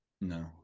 No